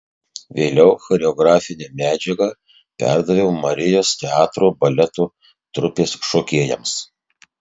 vėliau choreografinę medžiagą perdaviau marijos teatro baleto trupės šokėjams